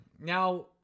Now